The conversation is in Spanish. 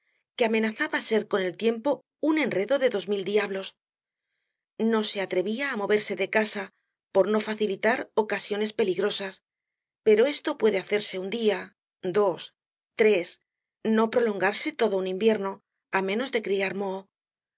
que amenazaba ser con el tiempo un enredo de dos mil diablos no se atrevía á moverse de casa por no facilitar ocasiones peligrosas pero esto puede hacerse un día dos tres no prolongarse todo un invierno á menos de criar